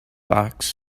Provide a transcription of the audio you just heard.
box